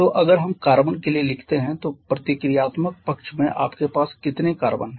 तो अगर हम कार्बन के लिए लिखते हैं तो प्रतिक्रियात्मक पक्ष में आपके पास कितने कार्बन हैं